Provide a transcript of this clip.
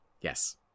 Yes